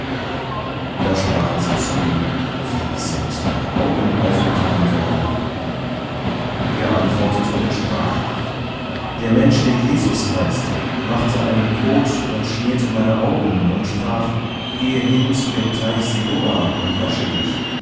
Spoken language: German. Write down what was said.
da sprachen sie zu ihm wie sind deine augen aufgetan worden er antwortete und sprach der mensch der jesus heißt machte einen kot und schmierte meine augen und sprach gehe hin zu dem teich siloah und wasche dich